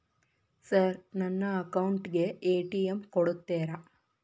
Sir ನನ್ನ account ಗೆ ATM ಕೊಡುತ್ತೇರಾ?